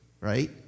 right